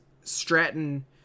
Stratton